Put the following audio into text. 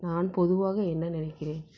நான் பொதுவாக என்ன நினைக்கிறேன்